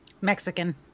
Mexican